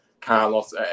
Carlos